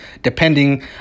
depending